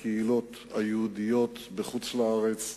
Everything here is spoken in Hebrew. לקהילות היהודיות בחוץ-לארץ,